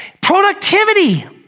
Productivity